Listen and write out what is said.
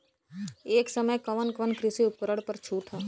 ए समय कवन कवन कृषि उपकरण पर छूट ह?